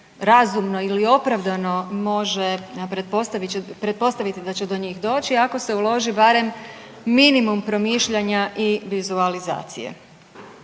razumno ili opravdano može pretpostaviti da će do njih doći ako se uloži barem minimum promišljanja i vizualizacije.